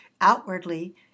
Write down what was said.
Outwardly